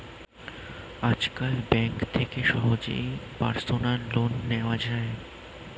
আজকাল ব্যাঙ্ক থেকে সহজেই পার্সোনাল লোন নেওয়া যায়